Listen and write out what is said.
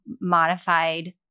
modified